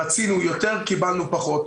רצינו יותר, קיבלנו פחות.